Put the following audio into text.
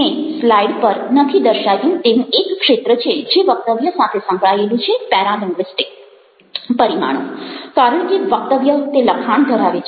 મેં સ્લાઈડ પર નથી દર્શાવ્યું તેવું એક ક્ષેત્ર છે જે વક્તવ્ય સાથે સંકળાયેલું છે પેરાલિંગ્વિસ્ટિક પરિમાણો કારણ કે વક્તવ્ય તે લખાણ ધરાવે છે